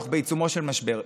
אנחנו בעיצומו של משבר.